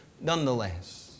nonetheless